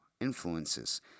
influences